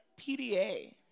PDA